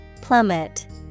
Plummet